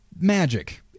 Magic